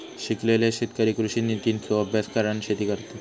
शिकलेले शेतकरी कृषि नितींचो अभ्यास करान शेती करतत